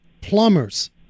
plumbers